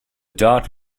dart